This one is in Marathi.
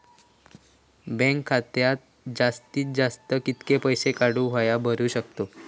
बँक खात्यात जास्तीत जास्त कितके पैसे काढू किव्हा भरू शकतो?